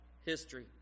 history